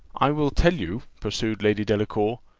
i will tell you, pursued lady delacour,